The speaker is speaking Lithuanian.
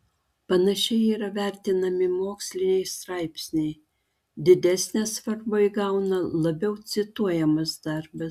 panašiai yra vertinami moksliniai straipsniai didesnę svarbą įgauna labiau cituojamas darbas